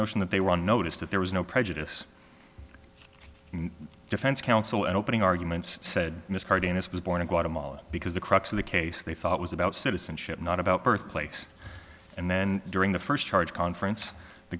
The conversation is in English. notion that they were on notice that there was no prejudice defense counsel and opening arguments said miss cardenas was born in guatemala because the crux of the case they thought was about citizenship not about birthplace and then during the first charge conference the